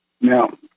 Now